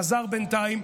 חזר בינתיים.